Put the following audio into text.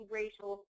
racial